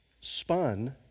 spun